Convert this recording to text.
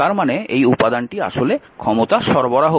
তার মানে এই উপাদানটি আসলে ক্ষমতা সরবরাহ করে